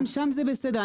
גם שם זה בסדר.